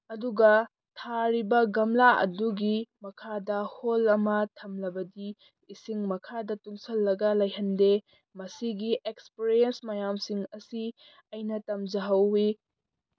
ꯑꯗꯨꯒ ꯊꯥꯔꯤꯕ ꯒꯝꯂꯥ ꯑꯗꯨꯒꯤ ꯃꯈꯥꯗ ꯍꯣꯜ ꯑꯃ ꯊꯝꯂꯕꯗꯤ ꯏꯁꯤꯡ ꯃꯈꯥꯗ ꯇꯨꯡꯁꯤꯜꯂꯒ ꯂꯩꯍꯟꯗꯦ ꯃꯁꯤꯒꯤ ꯑꯦꯛꯁꯄꯤꯔꯤꯌꯦꯟꯁ ꯃꯌꯥꯝꯁꯤꯡ ꯑꯁꯤ ꯑꯩꯅ ꯇꯝꯖꯍꯧꯋꯤ